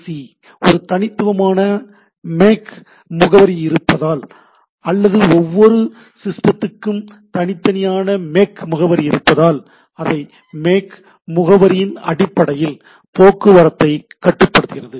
சிக்கும் ஒரு தனித்துவமான 'மேக்' முகவரி இருப்பதால் அல்லது ஒவ்வொரு சிஸ்டத்திற்கும் தனித்துவமான 'மேக்' முகவரி இருப்பதால் அவை 'மேக்' முகவரியின் அடிப்படையில் போக்குவரத்தை கட்டுப்படுத்துகிறது